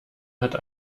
hat